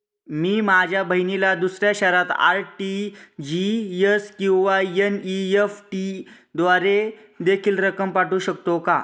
मी माझ्या बहिणीला दुसऱ्या शहरात आर.टी.जी.एस किंवा एन.इ.एफ.टी द्वारे देखील रक्कम पाठवू शकतो का?